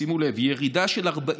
שימו לב ירידה של 48%,